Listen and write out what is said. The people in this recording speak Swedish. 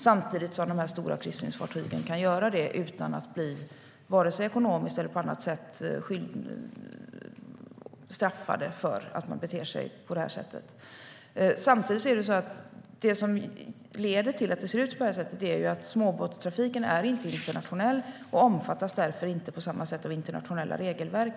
Samtidigt kan de stora kryssningsfartygen göra det utan att bli vare sig ekonomiskt eller på annat sätt straffade för att de beter sig på det sättet. Det som gör att det ser ut så här är att småbåtstrafiken inte är internationell. Därför omfattas den inte av internationella regelverk.